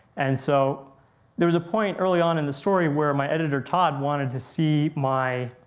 and so there was a point early on in the story where my editor, todd wanted to see my.